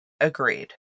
agreed